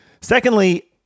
Secondly